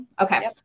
Okay